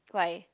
why